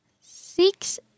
Six